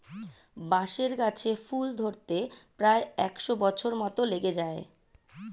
বাঁশের গাছে ফুল ধরতে প্রায় একশ বছর মত লেগে যায়